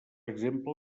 exemple